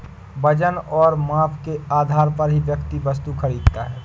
वजन और माप के आधार पर ही व्यक्ति वस्तु खरीदता है